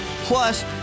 Plus